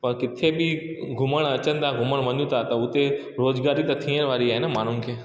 पर किथे बी घुमण अचनि था घुमण वञूं था त हुते रोजगारी त थियण वारी आहे न माण्हूनि खे